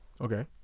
Okay